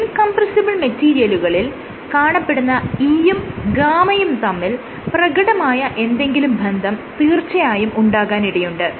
in compressible മെറ്റീരിയലുകളിൽ കാണപ്പെടുന്ന E യും G യും തമ്മിൽ പ്രകടമായ എന്തെങ്കിലും ബന്ധം തീർച്ചയായും ഉണ്ടാകാനിടയുണ്ട്